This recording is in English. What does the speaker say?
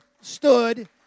stood